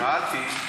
שאלתי,